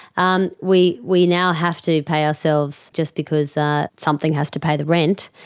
and we we now have to pay ourselves, just because something has to pay the rent,